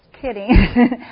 kidding